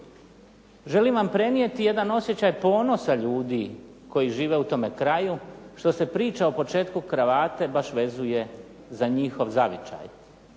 želim vam prenijeti jedan osjećaj ponosa ljudi koji žive u tome kraju što se priča o početku kravate baš vezuje za njihov zavičaj.